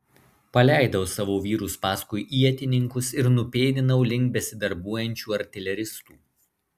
paleidau savo vyrus paskui ietininkus ir nupėdinau link besidarbuojančių artileristų